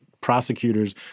prosecutors